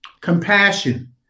Compassion